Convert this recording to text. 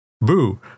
Boo